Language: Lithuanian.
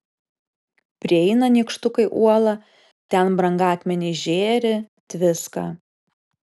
prieina nykštukai uolą ten brangakmeniai žėri tviska